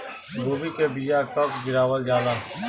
गोभी के बीया कब गिरावल जाला?